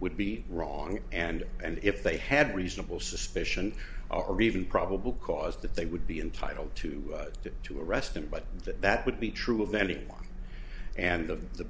would be wrong and and if they had reasonable suspicion or even probable cause that they would be entitled to it to arrest him but that that would be true of any one and of the